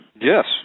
Yes